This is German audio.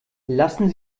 lassen